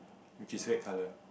which is red colour